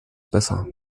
besser